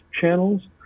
channels